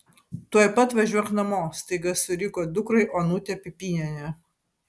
tuoj pat važiuok namo staiga suriko dukrai onutė pipynienė